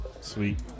Sweet